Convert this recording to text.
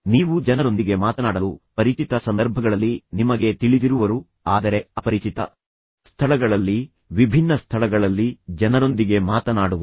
ನೀವು ಜನರೊಂದಿಗೆ ಮಾತನಾಡಲು ಪರಿಚಿತ ಸಂದರ್ಭಗಳಲ್ಲಿ ನಿಮಗೆ ತಿಳಿದಿರುವವರು ಆದರೆ ಅಪರಿಚಿತ ಸ್ಥಳಗಳಲ್ಲಿ ವಿಭಿನ್ನ ಸ್ಥಳಗಳಲ್ಲಿ ಜನರೊಂದಿಗೆ ಮಾತನಾಡುವುದು